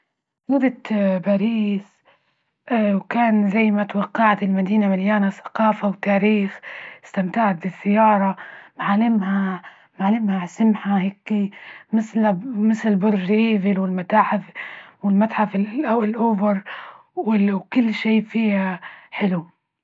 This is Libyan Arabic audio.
زرت باريس، وكان زي ما توقعت، المدينة مليانة ثقافة وتاريخ إستمتعت بالسيارة معلمها- معلمها سمحة هيكي مثل_ مثل برج إيفل والمتاحف والمتحف ال أوفر وكل شي فيها حلو.